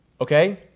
Okay